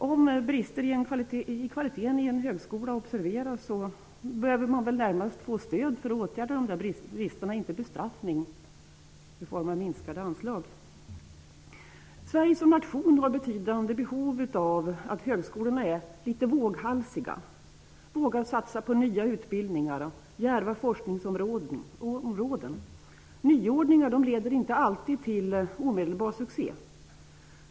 Om brister i kvaliteten i en högskola observeras behöver man väl närmast få stöd för att åtgärda dessa brister, inte bestraffning i form av minskade anslag. Sverige som nation har betydande behov av att högskolorna är litet våghalsiga, vågar satsa på nya utbildningar och djärva forskningsområden. Nyordningar leder inte alltid till omedelbar succé.